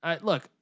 Look